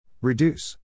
Reduce